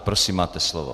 Prosím, máte slovo.